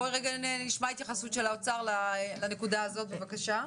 בואי נשמע התייחסות של האוצר לנקודה הזאת, בבקשה.